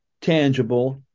tangible